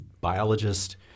biologist